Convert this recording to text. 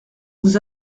vous